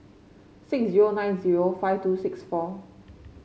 six zero nine zero five two six four